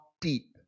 deep